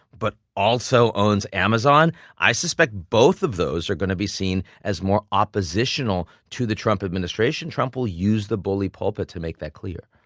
but also owns amazon i suspect both of those are gonna be seen more oppositional to the trump administration. trump will use the bully pulpit to make that clear.